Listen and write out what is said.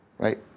Right